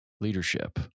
leadership